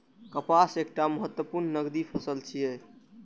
कपास एकटा महत्वपूर्ण नकदी फसल छियै